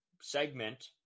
segment